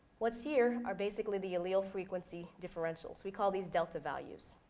what's here, are basically the allele frequency differentials, we call these delta values,